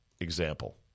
example